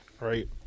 right